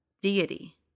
deity